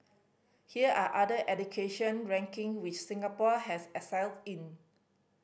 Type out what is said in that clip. here are other education ranking which Singapore has excelled in